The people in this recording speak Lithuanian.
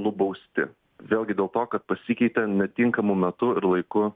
nubausti vėlgi dėl to kad pasikeitė netinkamu metu laiku